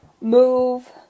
move